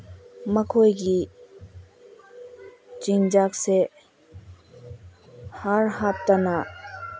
ꯃꯈꯣꯏꯒꯤ ꯆꯤꯟꯖꯥꯛꯁꯦ ꯍꯥꯔ ꯍꯥꯞꯇꯅ